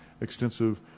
extensive